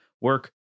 work